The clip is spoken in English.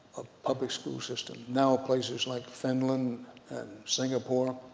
a public school system, now places like finland and singapore,